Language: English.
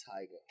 Tiger